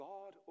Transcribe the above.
God